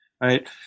Right